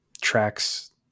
tracks